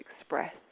express